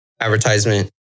advertisement